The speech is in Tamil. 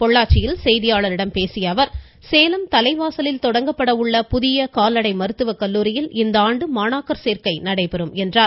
பொள்ளாச்சியில் செய்தியாளர்களிடம் பேசிய அவர் சேலம் தலைவாசலில் தொடங்கப்பட உள்ள புதிய கால்நடை மருத்துவக்கல்லூரியில் இந்த ஆண்டு மாணவர் சேர்க்கை நடைபெறும் என்றார்